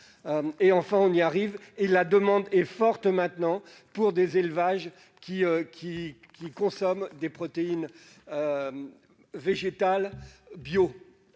Enfin, on y arrive ! La demande est forte actuellement pour des élevages qui consomment des protéines végétales bio,